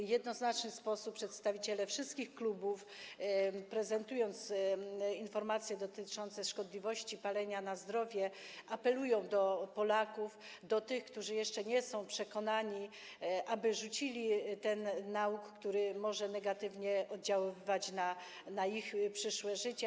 W jednoznaczny sposób przedstawiciele wszystkich klubów, prezentując informacje dotyczące szkodliwości palenia, jego wpływu na zdrowie, apelują do Polaków, do tych, którzy jeszcze nie są przekonani, aby rzucili ten nałóg, który może negatywnie oddziaływać na ich przyszłe życie.